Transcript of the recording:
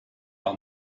leur